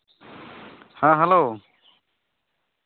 ᱦᱮᱸ ᱦᱮᱞᱳ